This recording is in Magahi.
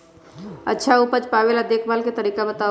अच्छा उपज पावेला देखभाल के तरीका बताऊ?